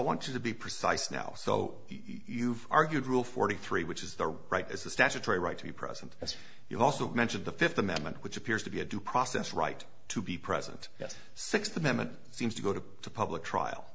want to be precise now so you've argued rule forty three which is the right is the statutory right to be present as you also mentioned the fifth amendment which appears to be a due process right to be present yes sixth amendment seems to go to a public trial